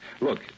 Look